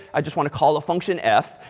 i just want to call a function f,